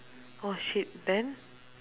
oh shit then